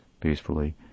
peacefully